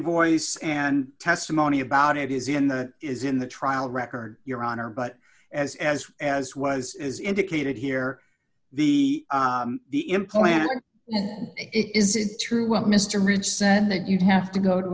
voice and testimony about it is in the is in the trial record your honor but as as as was is indicated here the the implant and it is it true what mr ridge said that you'd have to go to